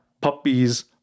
puppies